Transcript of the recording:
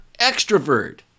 extrovert